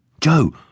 Joe